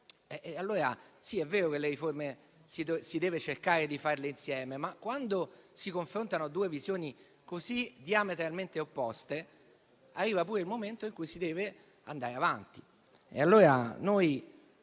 sì, è vero che le riforme si deve cercare di farle insieme, ma quando si confrontano due visioni così diametralmente opposte, arriva pure il momento in cui si deve andare avanti.